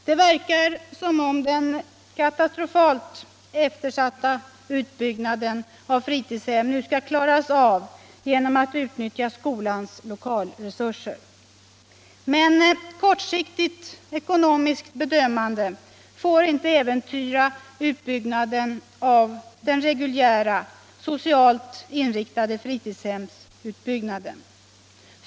Det verkar som om den katastrofalt eftersatta utbyggnaden av fritidshem nu skall klaras av genom att man utnyttjar skolans 1okalresurser. Men kortsiktigt ekonomiskt bedömande får inte äventyra den reguljära, socialt inriktade fritidshemsutbyggnaden.